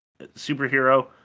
superhero